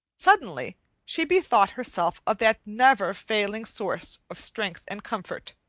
suddenly she bethought herself of that never-failing source of strength and comfort,